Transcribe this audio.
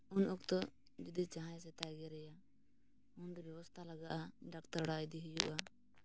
ᱩᱱ ᱚᱠᱛᱚ ᱡᱩᱫᱤ ᱡᱟᱦᱟᱸᱭ ᱥᱮᱛᱟᱭ ᱜᱮᱨᱮᱭᱟ ᱩᱱᱫᱚ ᱵᱮᱵᱚᱥᱛᱟ ᱞᱟᱜᱟᱜᱼᱟ ᱰᱟᱠᱛᱟᱨ ᱚᱲᱟᱜ ᱤᱫᱤ ᱦᱩᱭᱩᱜᱼᱟ